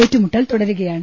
ഏറ്റുമുട്ടൽ തുടരുകയാണ്